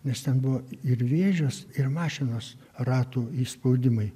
nes ten buvo ir vėžes ir mašinos ratų įspaudimai